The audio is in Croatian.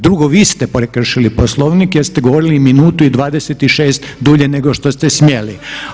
Drugo, vi ste prekršili Poslovnik jer ste govorili minutu i 26 dulje nego što ste smjeli.